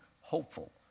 hopeful